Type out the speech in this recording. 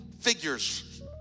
figures